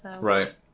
Right